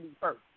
first